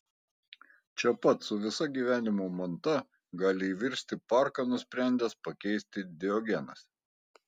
čia pat su visa gyvenimo manta gali įvirsti parką nusprendęs pakeisti diogenas